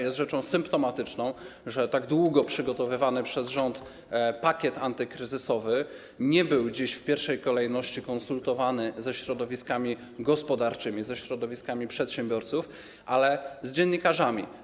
Jest rzeczą symptomatyczną, że tak długo przygotowywany przez rząd pakiet antykryzysowy był dziś w pierwszej kolejności konsultowany nie ze środowiskami gospodarczymi, ze środowiskami przedsiębiorców, ale z dziennikarzami.